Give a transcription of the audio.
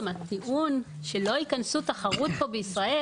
גם התיקון שלא ייכנסו פה תחרות בישראל,